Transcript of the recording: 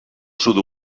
sud